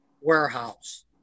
warehouse